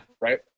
right